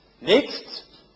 Next